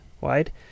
wide